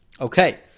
Okay